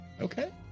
Okay